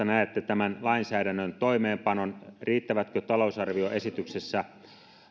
näette tämän lainsäädännön toimeenpanon riittävätkö talousarvioesityksessä